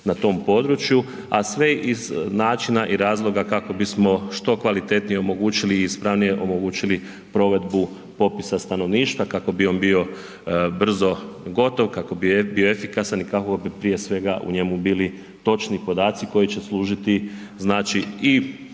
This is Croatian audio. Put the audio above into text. na tom području.“, a sve iz načina i razloga kako bismo što kvalitetnije omogućili i ispravnije omogućili provedbu popisa stanovništva kako bi on bio brzo gotov, kako bi bio efikasan i kako bi prije svega u njemu bili točni podaci koji će služiti znači